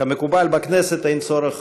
כמקובל בכנסת, אין צורך